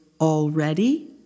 already